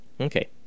Okay